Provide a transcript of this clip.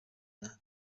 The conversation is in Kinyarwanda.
arsenal